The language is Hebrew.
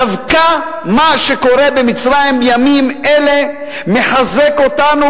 דווקא מה שקורה במצרים בימים אלה מחזק אותנו,